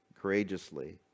Courageously